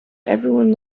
everyone